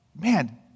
man